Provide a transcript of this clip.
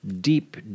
deep